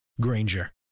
Granger